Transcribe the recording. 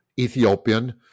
Ethiopian